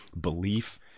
Belief